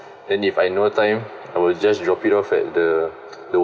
and if I no time I will just drop it off at the